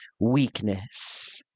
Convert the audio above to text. weakness